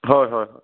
হয় হয় হয়